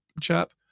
chap